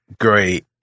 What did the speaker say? great